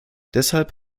deshalb